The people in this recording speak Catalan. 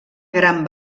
gran